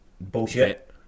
Bullshit